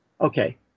Okay